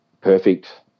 perfect